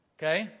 Okay